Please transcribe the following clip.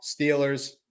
Steelers